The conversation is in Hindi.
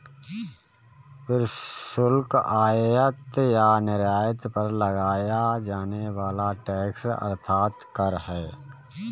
प्रशुल्क, आयात या निर्यात पर लगाया जाने वाला टैक्स अर्थात कर है